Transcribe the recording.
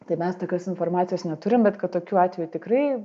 tai mes tokios informacijos neturim bet kad tokių atvejų tikrai